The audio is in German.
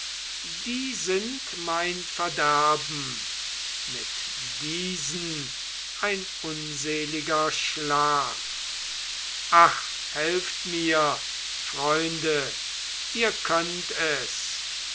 die sind mein verderben mit diesen ein unseliger schlaf ach helft mir freunde ihr könnt es